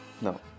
No